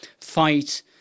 fight